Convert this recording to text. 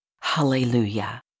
Hallelujah